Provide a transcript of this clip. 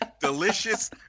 delicious